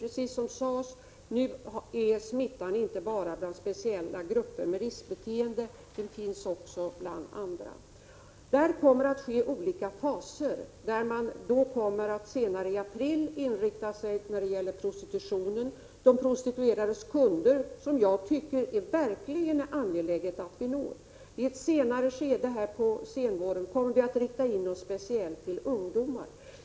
Precis som här sades finns smittan nu inte enbart i speciella grupper med riskbeteende. Den finns också bland andra. Kampanjen kommer att bedrivas i olika faser. I april kommer det att ske en inriktning på de prostituerade och deras kunder, som det är verkligt angeläget att vi når. I ett senare skede på senvåren kommer vi att rikta oss framför allt till ungdomar.